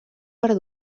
per